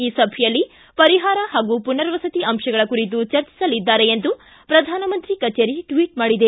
ಈ ಸಭೆಯಲ್ಲಿ ಪರಿಹಾರ ಮತ್ತು ಪುನರ್ವಸತಿ ಅಂಶಗಳ ಕುರಿತು ಚರ್ಚಿಸಲಿದ್ದಾರೆ ಎಂದು ಪ್ರಧಾನಮಂತ್ರಿ ಕಚೇರಿ ಟ್ವಿಟ್ ಮಾಡಿದೆ